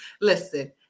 Listen